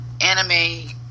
anime